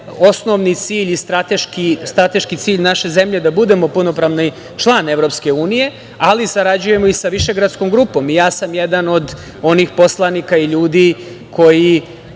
osnovni cilj i strateški cilj naše zemlje da budemo punopravni član EU, ali sarađujemo i sa Višegradskom grupom. Ja sam jedan od onih poslanika i ljudi koji